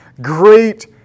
great